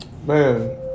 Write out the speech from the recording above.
Man